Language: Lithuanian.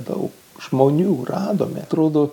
daug žmonių radome atrodo